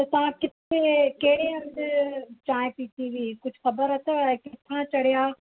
त तव्हां किथे कहिड़े हंधि चांहि पीती हुई कुझु ख़बर अथव किथा चढिया